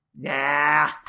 Nah